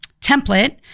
template